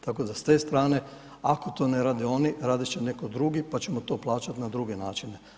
Tako da s te strane ako to ne rade oni, raditi će neki drugi pa ćemo to plaćati na druge načine.